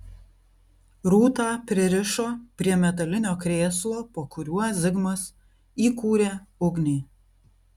rūtą pririšo prie metalinio krėslo po kuriuo zigmas įkūrė ugnį